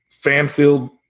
fan-filled